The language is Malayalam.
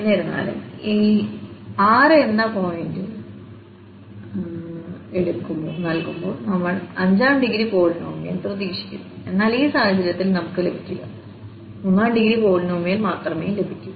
എന്നിരുന്നാലും എന്ന 6 പോയിന്റുകൾ നൽകുമ്പോൾ നമ്മൾ അഞ്ചാം ഡിഗ്രി പോളിനോമിയൽ പ്രതീക്ഷിക്കുന്നു എന്നാൽ ഈ സാഹചര്യത്തിൽ നമുക്ക് ലഭിക്കില്ല മൂന്നാം ഡിഗ്രി പോളിനോമിയൽ മാത്രമേ ലഭിക്കൂ